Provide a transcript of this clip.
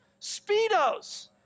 Speedos